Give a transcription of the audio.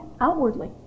outwardly